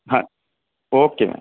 ਹਾਂ okay ma'am